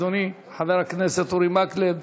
אדוני חבר הכנסת אורי מקלב.